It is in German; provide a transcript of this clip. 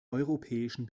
europäischen